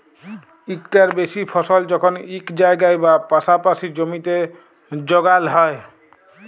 ইকটার বেশি ফসল যখল ইক জায়গায় বা পাসাপাসি জমিতে যগাল হ্যয়